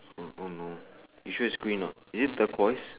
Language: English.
oh no you sure is green not you sure is turquoise